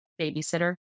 babysitter